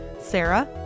sarah